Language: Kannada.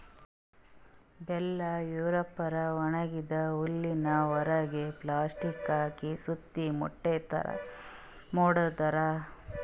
ಬೆಲ್ ರ್ಯಾಪರ್ ಒಣಗಿದ್ದ್ ಹುಲ್ಲಿನ್ ಹೊರೆಗ್ ಪ್ಲಾಸ್ಟಿಕ್ ಹಾಕಿ ಸುತ್ತಿ ಮೂಟೆ ಥರಾ ಮಾಡ್ತದ್